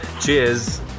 Cheers